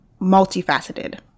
multifaceted